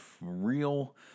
real